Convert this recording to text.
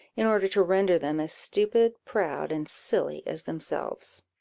in order to render them as stupid, proud, and silly as themselves.